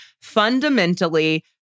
fundamentally